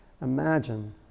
Imagine